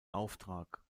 auftrag